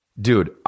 Dude